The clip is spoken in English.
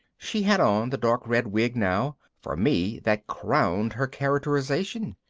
she had on the dark red wig now. for me that crowned her characterization.